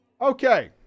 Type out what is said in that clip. okay